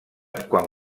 quan